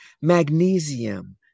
magnesium